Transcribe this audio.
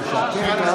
בגועליות.